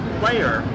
player